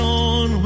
on